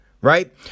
right